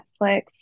netflix